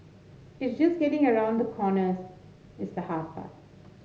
it's just getting around the corners is the hard part